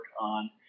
on